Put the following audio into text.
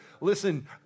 Listen